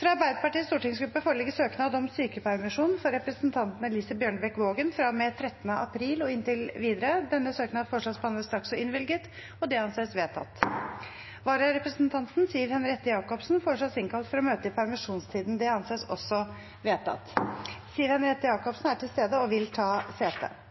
Fra Arbeiderpartiets stortingsgruppe foreligger søknad om sykepermisjon for representanten Elise Bjørnebekk-Waagen fra og med 13. april og inntil videre. Etter forslag fra presidenten ble enstemmig besluttet: Søknaden behandles straks og innvilges. Vararepresentanten, Siv Henriette Jacobsen , innkalles for å møte i permisjonstiden. Siv Henriette Jacobsen er til stede og vil ta sete.